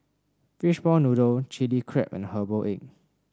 Fishball Noodle Chilli Crab and Herbal Egg